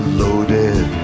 loaded